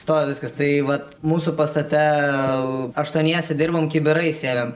stovi viskas tai vat mūsų pastate aštuoniese dirbom kibirais sėmėm